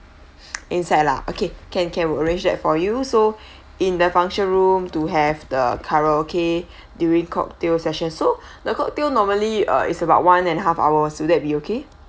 inside lah okay can can we'll arrange that for you so in the function room to have the karaoke during cocktail session so the cocktail normally ah it's about one and a half hours so will that be okay